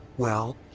well.